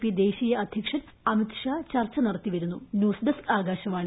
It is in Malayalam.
പി ദേശീയ അധ്യക്ഷൻ അമിത് ചർച്ച നടത്തിവരുന്നു ന്യൂസ് ഡസ്ക് ആകാശവാണി